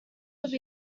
would